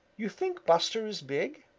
you think buster is big,